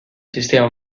sistema